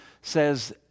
says